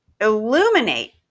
illuminate